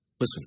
Listen